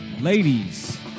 Ladies